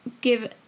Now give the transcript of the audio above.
give